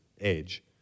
age